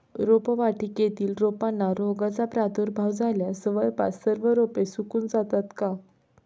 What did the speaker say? रोपवाटिकेतील रोपांना रोगाचा प्रादुर्भाव झाल्यास जवळपास सर्व रोपे सुकून जातात का?